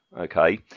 Okay